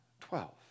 Twelve